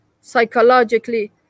psychologically